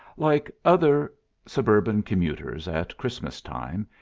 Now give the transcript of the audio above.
like other suburban commuters at christmas time,